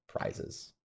prizes